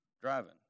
driving